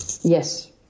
Yes